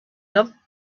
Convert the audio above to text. them